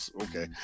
Okay